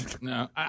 no